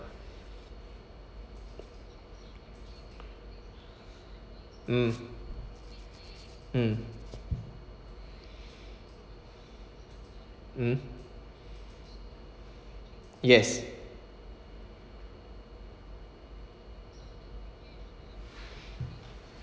mm mm mm yes